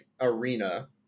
arena